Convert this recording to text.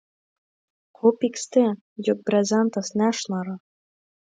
ko pyksti juk brezentas nešnara